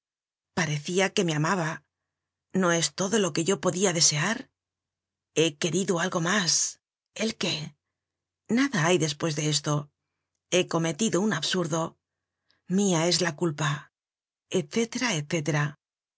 parecia que me amaba no es esto todo lo que yo podia desear he querido algo mas el qué nada hay despues de esto he cometido un absurdo mia es la culpa